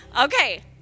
okay